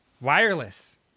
Wireless